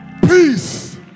peace